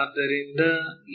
ಆದ್ದರಿಂದ